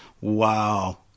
wow